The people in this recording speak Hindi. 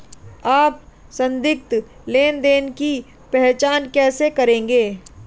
आप संदिग्ध लेनदेन की पहचान कैसे करेंगे?